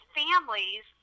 families